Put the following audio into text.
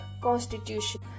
constitution